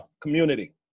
community